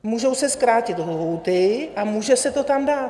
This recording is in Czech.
Můžou se zkrátit lhůty a může se to tam dát.